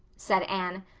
said anne.